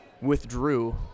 withdrew